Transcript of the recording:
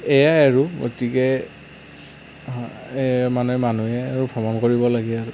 এয়াই আৰু গতিকে মানে মানুহে আৰু ভ্ৰমণ কৰিব লাগে আৰু